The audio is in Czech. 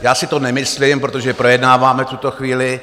Já si to nemyslím, protože projednáváme v tuto chvíli.